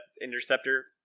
interceptor